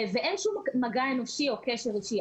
ואין שום מגע אנושי או קשר אישי.